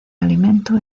alimento